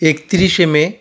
একতিরিশে মে